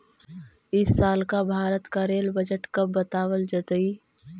इस साल का भारत का रेल बजट कब बतावाल जतई